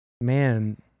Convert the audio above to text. man